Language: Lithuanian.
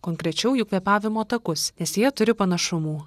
konkrečiau jų kvėpavimo takus nes jie turi panašumų